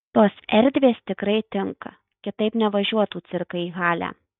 tos erdvės tikrai tinka kitaip nevažiuotų cirkai į halę